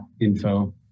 info